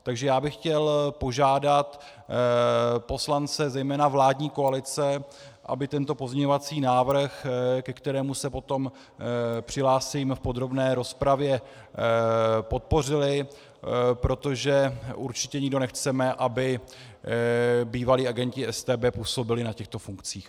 Takže já bych chtěl požádat poslance zejména vládní koalice, aby tento pozměňovací návrh, ke kterému se potom přihlásím v podrobné rozpravě, podpořili, protože určitě nikdo nechceme, aby bývalí agenti StB působili na těchto funkcích.